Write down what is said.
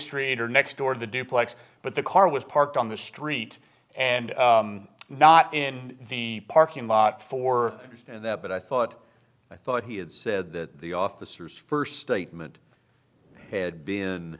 street or next door to the duplex but the car was parked on the street and not in the parking lot for that but i thought i thought he had said that the officers first statement had been